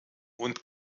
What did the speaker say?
und